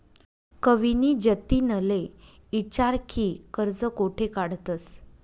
कविनी जतिनले ईचारं की कर्ज कोठे काढतंस